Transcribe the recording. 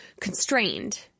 constrained